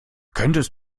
könntest